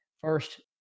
First